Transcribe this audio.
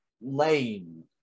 lame